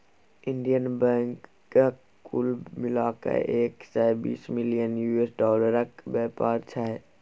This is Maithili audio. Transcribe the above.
इंडियन बैंकक कुल मिला कए एक सय बीस बिलियन यु.एस डालरक बेपार छै